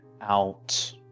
out